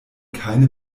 keine